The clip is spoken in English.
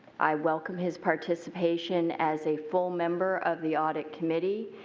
i welcome his participation as a full member of the audit committee.